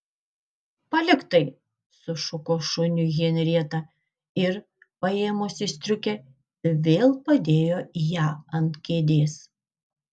palik tai sušuko šuniui henrieta ir paėmusi striukę vėl padėjo ją ant kėdės